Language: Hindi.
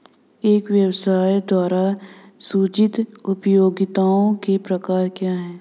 एक व्यवसाय द्वारा सृजित उपयोगिताओं के प्रकार क्या हैं?